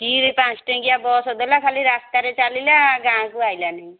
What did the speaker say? କି ପାଞ୍ଚ ଟଙ୍କିଆ ବସ୍ ଦେଲା ଖାଲି ରାସ୍ତାରେ ଚାଲିଲା ଗାଁକୁ ଆସିଲା ନାଇଁ